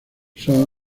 son